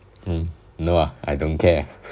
mm no ah I don't care